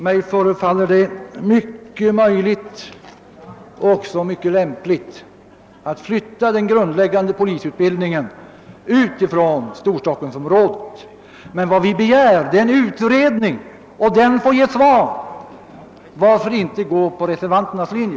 Det förefaller mig mycket möjligt och lämpligt att flytta den grundläggande polisutbildningen ut från Storstockholmsområdet. Vad vi begär är en utredning, som får ge svar på den frågan. Varför inte då gå på reservanternas linje?